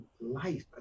life